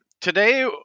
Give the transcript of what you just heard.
today